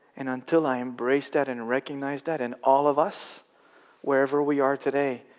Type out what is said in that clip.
and until i embrace that and recognize that, and all of us wherever we are today,